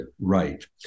right